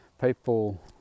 people